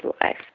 life